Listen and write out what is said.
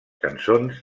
cançons